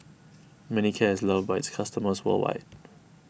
Manicare is loved by its customers worldwide